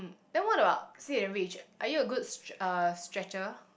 then what about sit and reach are you a good str~ uh stretcher